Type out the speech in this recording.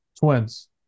Twins